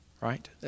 Right